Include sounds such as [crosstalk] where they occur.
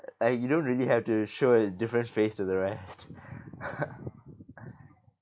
like you don't really have to show a different face to the rest [laughs]